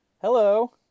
Hello